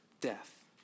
death